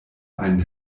ein